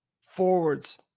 forwards